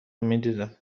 میدیدم